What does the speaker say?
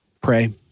Pray